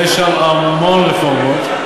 ויש שם המון רפורמות,